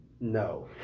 No